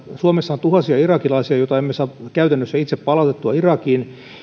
suomessa on tuhansia irakilaisia joita emme saa käytännössä itse palautettua irakiin